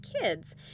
kids